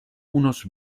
unos